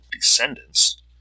descendants